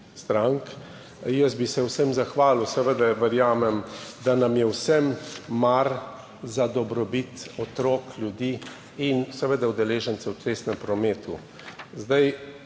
strank. Jaz bi se vsem zahvalil, seveda verjamem, da nam je vsem mar za dobrobit otrok, ljudi in vseh udeležencev v cestnem prometu.